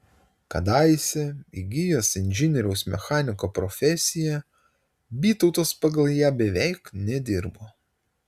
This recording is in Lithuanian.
kadaise įgijęs inžinieriaus mechaniko profesiją vytautas pagal ją beveik nedirbo